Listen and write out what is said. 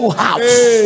house